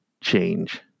change